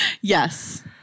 Yes